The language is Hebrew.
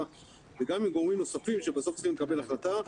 וגם עם גורמים נוספים שבסוף צריכים לקבל החלטה.